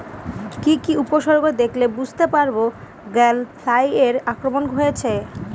কি কি উপসর্গ দেখলে বুঝতে পারব গ্যাল ফ্লাইয়ের আক্রমণ হয়েছে?